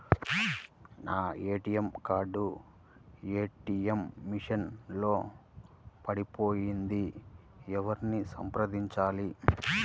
నా ATM card ATM machine లో పడిపోయింది ఎవరిని సంప్రదించాలి?